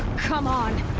come on!